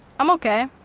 i'm okay.